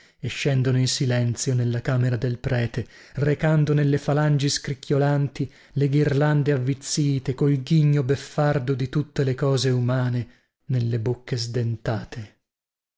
e scendono in silenzio nella camera del prete recando nelle falangi scricchiolanti le ghirlande avvizzite col ghigno beffardo di tutte le cose umane nelle bocche sdentate